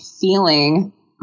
feeling